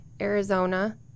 Arizona